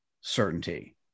certainty